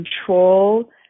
control